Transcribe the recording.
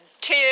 two